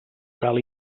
cal